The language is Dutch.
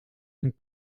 een